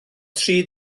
tri